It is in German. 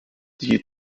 die